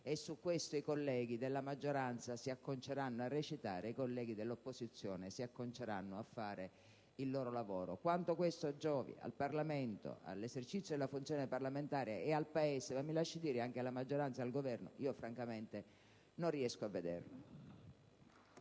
e su questo i colleghi della maggioranza si acconceranno a recitare e i colleghi dell'opposizione si acconceranno a fare il loro lavoro. Quanto questo giovi al Parlamento, all'esercizio della funzione parlamentare e al Paese e, mi si lasci dire, anche alla maggioranza e al Governo, francamente non riesco a vederlo.